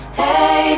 hey